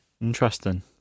Interesting